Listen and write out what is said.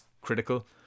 critical